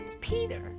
Peter